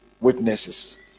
witnesses